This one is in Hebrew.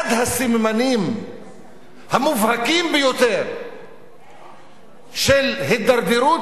אחד הסממנים המובהקים ביותר של הידרדרות